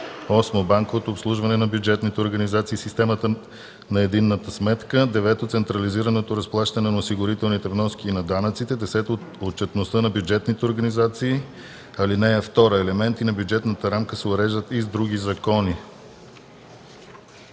8. банковото обслужване на бюджетните организации и системата на единната сметка; 9. централизираното разплащане на осигурителните вноски и на данъците; 10. отчетността на бюджетните организации. (2) Елементи на бюджетната рамка се уреждат и с други закони.”